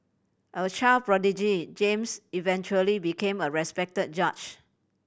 a child prodigy James eventually became a respected judge